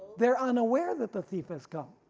they are unaware that the thief has come.